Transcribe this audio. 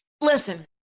listen